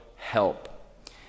Help